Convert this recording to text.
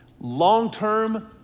long-term